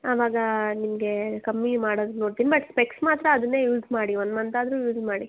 ಆವಾಗ ನಿಮಗೆ ಕಮ್ಮಿ ಮಾಡೋದು ನೋಡ್ತೀನಿ ಬಟ್ ಸ್ಪೆಕ್ಸ್ ಮಾತ್ರ ಅದನ್ನೇ ಯೂಸ್ ಮಾಡಿ ಒನ್ ಮಂತ್ ಆದರೂ ಯೂಸ್ ಮಾಡಿ